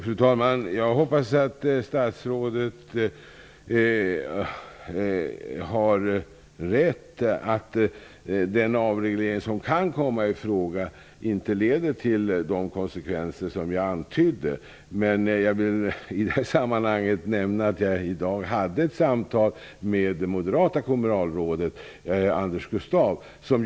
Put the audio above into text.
Fru talman! Jag hoppas att statsrådet har rätt att den avreglering som kan komma i fråga inte leder till de konsekvenser som jag antydde. Jag vill i det sammanhanget nämna att jag i dag hade ett samtal med det moderata kommunalrådet Anders Gustâv.